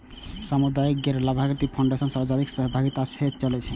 सामुदायिक गैर लाभकारी फाउंडेशन सार्वजनिक सहभागिता सं चलै छै